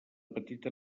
petita